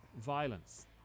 violence